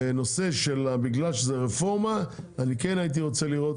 בנושא, בגלל שזה רפורמה, אני כן הייתי רוצה לראות